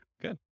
good